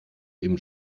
eben